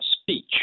speech